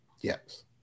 Yes